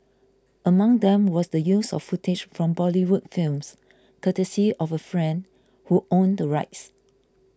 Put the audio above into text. among them was the use of footage from Bollywood films courtesy of a friend who owned the rights